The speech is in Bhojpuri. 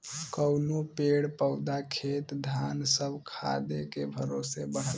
कउनो पेड़ पउधा खेत धान सब खादे के भरोसे बढ़ला